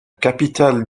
capitale